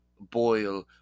boil